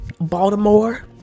Baltimore